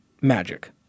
Magic